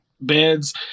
beds